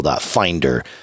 finder